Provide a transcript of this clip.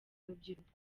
urubyiruko